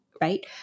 right